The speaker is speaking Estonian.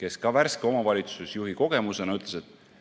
kes oma värske omavalitsusjuhi kogemusega ütles, et